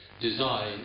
design